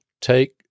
take